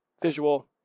visual